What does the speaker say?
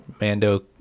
Mando